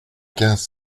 quinze